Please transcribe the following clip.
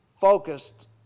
focused